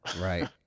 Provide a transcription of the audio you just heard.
right